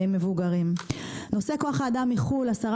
השרה פרקש הכהן לקחה את זה כמשימה שלה.